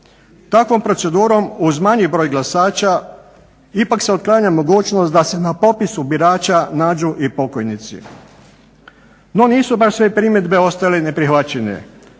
Takvom procedurom uz manji broj glasača ipak se otklanja mogućnost da se na popisu birača nađu i pokojnici. No, nisu baš sve primjedbe ostale neprihvaćene.